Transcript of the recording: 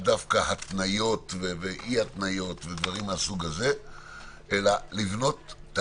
דווקא התניות ואי התניות ודברים מהסוג הזה,